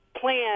plan